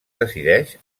decideix